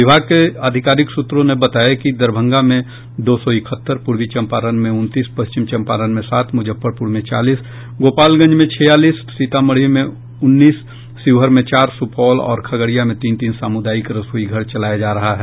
विभाग के अधिकारिक सूत्रों ने बतया कि दरभंगा में दो सौ इकहत्तर पूर्वी चंपारण में उनतीस पश्चिम चंपारण में सात मुजफ्फरपुर में चालीस गोपालगंज में छियालीस सीतामढ़ी में उन्नीस शिवहर में चार सुपौल और खगड़िया में तीन तीन सामुदायिक रसोईघर चलाया जा रहा है